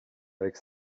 avec